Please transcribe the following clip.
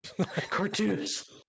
Cartoons